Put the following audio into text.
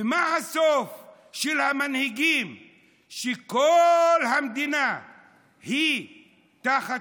ומה הסוף של המנהיגים שכל המדינה היא תחת